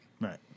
Right